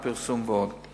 פרסום ועוד.